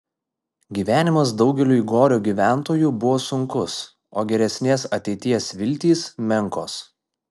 gyvenimas daugeliui gorio gyventojų buvo sunkus o geresnės ateities viltys menkos